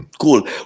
Cool